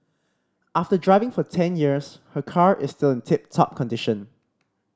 after driving for ten years her car is still in tip top condition